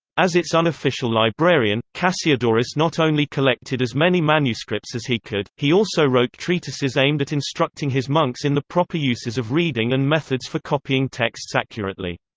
as its unofficial librarian, cassiodorus not only collected as many manuscripts as he could, he also wrote treatises aimed at instructing his monks in the proper uses of reading and methods for copying texts accurately.